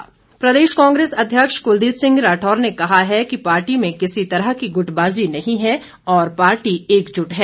राठौर प्रदेश कांग्रेस अध्यक्ष कुलदीप सिंह राठौर ने कहा है कि पार्टी में किसी तरह की गुटबाजी नहीं है और पार्टी एकजुट है